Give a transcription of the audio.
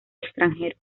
extranjero